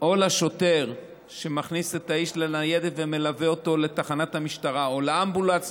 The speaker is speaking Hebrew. או לשוטר שמכניס את האיש לניידת ומלווה אותו לתחנת המשטרה או לאמבולנס,